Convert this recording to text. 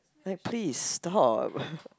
like please stop